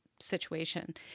situation